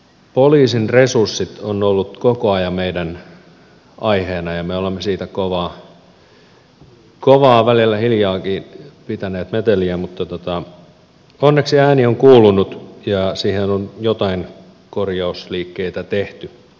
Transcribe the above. poliisin resurssit ovat olleet koko ajan meidän aiheenamme ja me olemme siitä kovaa välillä hiljaakin pitäneet meteliä mutta onneksi ääni on kuulunut ja siihen on jotain korjausliikkeitä tehty